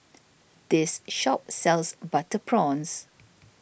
this shop sells Butter Prawns